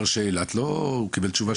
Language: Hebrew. באילת הוא קיבל תשובה שלילית.